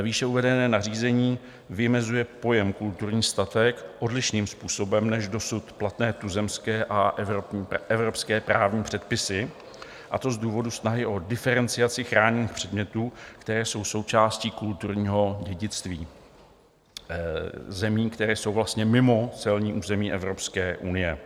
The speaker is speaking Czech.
Výše uvedené nařízení vymezuje pojem kulturní statek odlišným způsobem než dosud platné tuzemské a evropské právní předpisy, a to z důvodu snahy o diferenciaci chráněných předmětů, které jsou součástí kulturního dědictví zemí, které jsou mimo celní území Evropské unie.